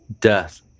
death